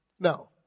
Now